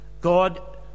God